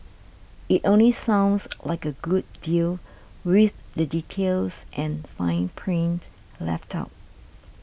it only sounds like a good deal with the details and fine print left out